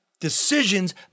decisions